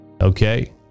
Okay